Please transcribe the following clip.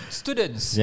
students